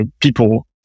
people